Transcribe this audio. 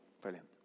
Brilliant